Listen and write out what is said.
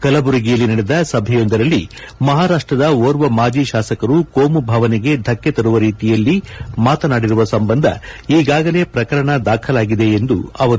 ಕಲಬುರ್ಗಿಯಲ್ಲಿ ನಡೆದ ಸಭೆಯೊಂದರಲ್ಲಿ ಮಹಾರಾಷ್ಟದ ಓರ್ವ ಮಾಜಿ ಶಾಸಕರು ಕೋಮು ಭಾವನೆಗೆ ಧಕ್ಕೆ ತರುವ ರೀತಿಯಲ್ಲಿ ಮಾತನಾಡಿರುವ ಸಂಬಂಧ ಈಗಾಗಲೇ ಪ್ರಕರಣ ದಾಖಲಾಗಿದೆ ಎಂದರು